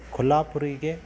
ಕೊಲ್ಹಾಪುರಿಗೆ